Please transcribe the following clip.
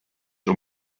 are